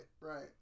Right